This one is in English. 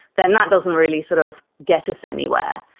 then that doesn't really sort of get us anywhere.